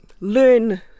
learn